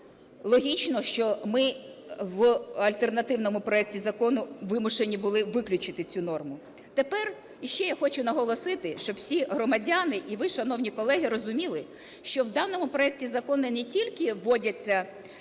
логічно, що ми в альтернативному проекті закону вимушені були виключити цю норму. Тепер іще я хочу наголосити, щоб всі громадяни і ви, шановні колеги, розуміли, що в даному проекті закону не тільки вводяться